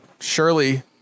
Surely